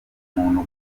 umuntu